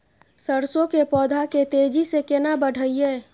सरसो के पौधा के तेजी से केना बढईये?